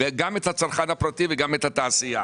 גם את הצרכן הפרטי וגם את התעשייה.